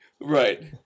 Right